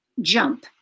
jump